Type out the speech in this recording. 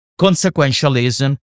consequentialism